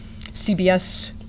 CBS